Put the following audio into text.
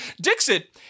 Dixit